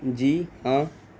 جی ہاں